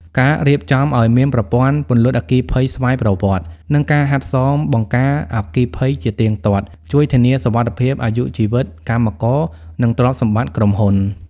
ការរៀបចំឱ្យមានប្រព័ន្ធពន្លត់អគ្គិភ័យស្វ័យប្រវត្តិ និងការហាត់សមបង្ការអគ្គិភ័យជាទៀងទាត់ ជួយធានាសុវត្ថិភាពអាយុជីវិតកម្មករ និងទ្រព្យសម្បត្តិក្រុមហ៊ុន។